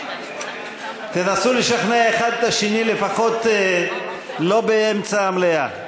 תנסו לשכנע אחד את השני לפחות לא באמצע המליאה.